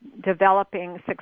developing